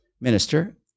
minister